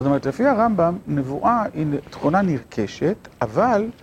זאת אומרת, לפי הרמב״ם, נבואה היא תכונה נרכשת, אבל...